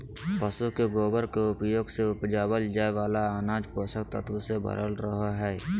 पशु के गोबर के उपयोग से उपजावल जाय वाला अनाज पोषक तत्वों से भरल रहो हय